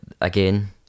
again